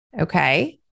Okay